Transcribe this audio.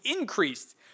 increased